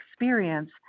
experience